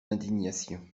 indignation